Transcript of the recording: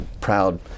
proud